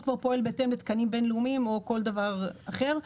כבר פועל בהתאם לתקנים בינלאומיים או כל דבר אחר.